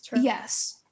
Yes